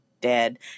dead